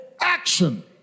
action